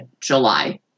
July